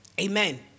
Amen